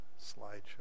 slideshow